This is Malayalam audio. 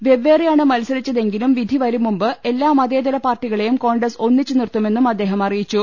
വെപ്പേറെയാണ് മത്സരിച്ചതെങ്കിലും വിധി വരും മുമ്പ് എല്ലാ മതേതരപാർട്ടികളെയും കോൺഗ്രസ് ഒന്നിച്ച് നിർത്തുമെന്നും അദ്ദേഹം അറിയിച്ചു